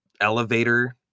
elevator